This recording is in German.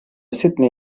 sydney